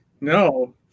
No